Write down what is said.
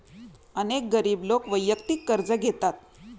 अनेक गरीब लोक वैयक्तिक कर्ज घेतात